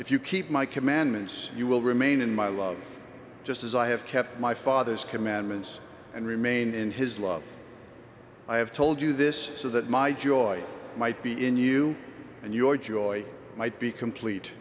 if you keep my commandments you will remain in my love just as i have kept my father's commandments and remain in his love i have told you this so that my joy might be in you and your joy might be complete